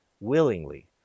willingly